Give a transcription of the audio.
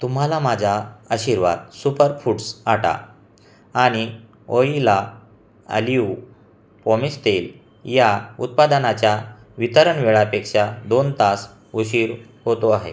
तुम्हाला माझ्या Aashirvaad super foods आटा आणि ऑइला आलिव पॉमेश तेल या उत्पादनाच्या वितरण वेळापेक्षा दोन तास उशीर होतो आहे